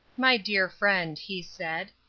my dear friend, he said,